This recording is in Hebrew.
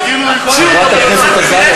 חברת הכנסת עזריה,